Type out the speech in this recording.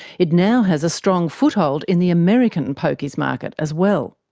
it now has a strong foothold in the american pokies' market as well.